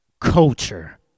culture